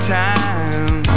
time